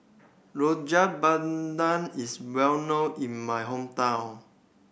Rojak Bandung is well known in my hometown